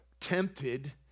tempted